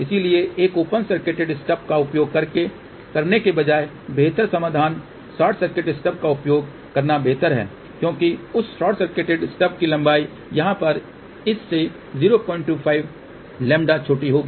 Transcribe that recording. इसलिए एक open circuited stub का उपयोग करने के बजाय बेहतर समाधान शॉर्ट सर्किटिड स्टब का उपयोग करना बेहतर है क्योंकि उस शॉर्ट सर्किटिड स्टब की लंबाई यहाँ पर इस से 025λ छोटी होगी